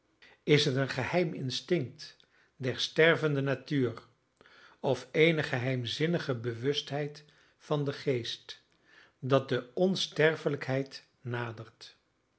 is het een geheim instinct der stervende natuur of eene geheimzinnige bewustheid van den geest dat de onsterfelijkheid nadert